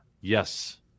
Yes